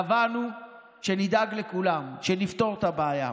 קבענו שנדאג לכולם, שנפתור את הבעיה.